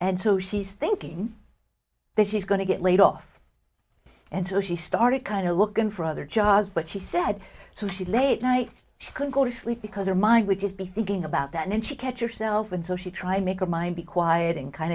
and so she's thinking that she's going to get laid off and so she started kind of looking for other jobs but she said so she late night she could go to sleep because her mind would just be thinking about that and she catch yourself and so she try to make her mind be quiet and kind